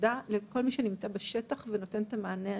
תודה לכל מי שנמצא בשטח ונותן את המענה הזה.